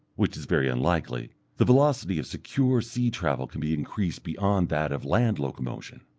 which is very unlikely, the velocity of secure sea-travel can be increased beyond that of land locomotion.